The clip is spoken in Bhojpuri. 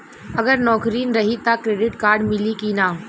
अगर नौकरीन रही त क्रेडिट कार्ड मिली कि ना?